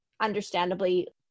understandably